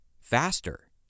faster